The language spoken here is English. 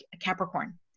Capricorn